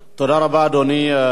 תודה רבה, אדוני.